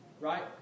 right